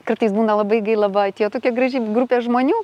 kartais būna labai gaila va atėjo tokia graži grupė žmonių